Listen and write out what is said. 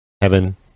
heaven